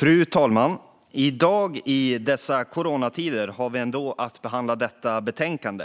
Fru talman! I dag, i coronatider, har vi ändå att behandla detta betänkande.